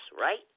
right